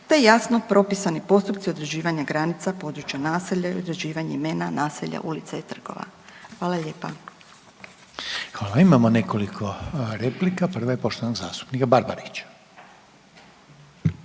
te jasno propisani postupci određivanja granica područja naselja i određivanje imena naselja, ulica i trgova. Hvala lijepa. **Reiner, Željko (HDZ)** Hvala. Imamo nekoliko replika, prva je poštovanog zastupnika Barbarića.